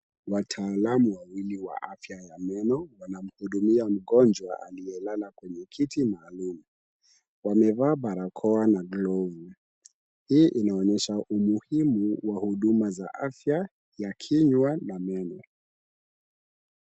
Wataalamu wawili wa afya ya meno wanamhudumia mgonjwa aliyelala kwenye kiti maalumu , wamevaa barakoa na glovu , hii inaonyesha umuhimu wa huduma za afya ya kinywa na meno.